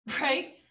Right